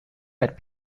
met